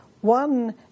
One